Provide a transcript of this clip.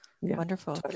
Wonderful